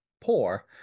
poor